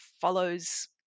follows